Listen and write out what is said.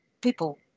people